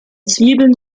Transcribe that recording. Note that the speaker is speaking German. zwiebeln